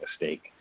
mistake